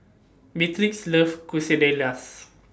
Beatrix loves Quesadillas